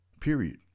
Period